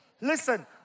Listen